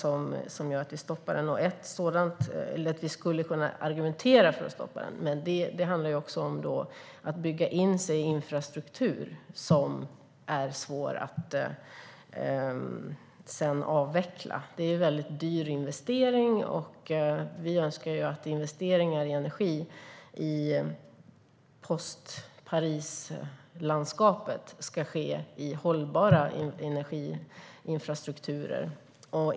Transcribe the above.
Ett argument för att stoppa den som man skulle kunna använda är att det handlar om att bygga in sig i infrastruktur som sedan är svår att avveckla. Det är en väldigt dyr investering, och vi önskar att investeringar i energi i post-Paris-landskapet ska ske i hållbara energiinfrastrukturer.